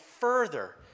further